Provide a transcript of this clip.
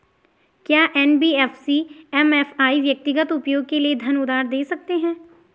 क्या NBFC MFI व्यक्तिगत उपयोग के लिए धन उधार दें सकते हैं?